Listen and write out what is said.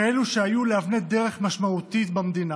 כאלו שהיו לאבני דרך משמעותיות במדינה.